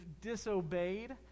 disobeyed